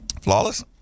Flawless